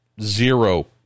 zero